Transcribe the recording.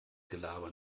gelaber